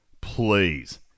Please